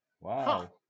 Wow